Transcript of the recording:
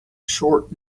short